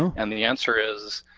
and the answer is,